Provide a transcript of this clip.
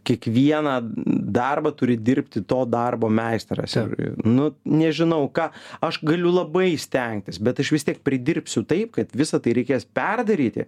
kiekvieną darbą turi dirbti to darbo meistras ir nu nežinau ką aš galiu labai stengtis bet aš vis tiek pridirbsiu taip kad visa tai reikės perdaryti